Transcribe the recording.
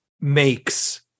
makes